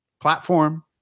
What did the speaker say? platform